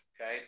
okay